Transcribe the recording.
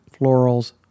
florals